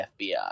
FBI